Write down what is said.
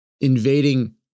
invading